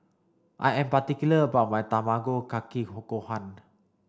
I am particular about my Tamago Kake Gohan